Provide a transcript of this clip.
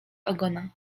ogona